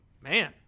man